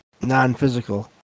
non-physical